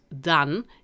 done